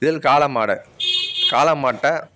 இதில் காளைமாடு காளை மாட்டை